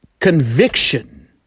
Conviction